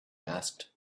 asked